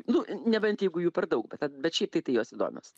nu nebent jeigu jų per daug bet bet šiaip tai tai jos įdomios